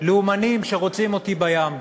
לאומנים שרוצים אותי בים.